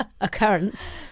occurrence